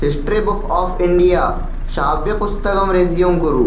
history book of India श्राव्यपुस्तकं resume कुरु